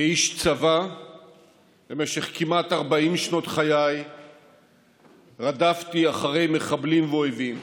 כאיש צבא במשך כמעט 40 שנים מחיי רדפתי אחרי מחבלים ואויבים,